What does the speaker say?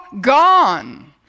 gone